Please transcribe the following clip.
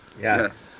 Yes